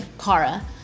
Kara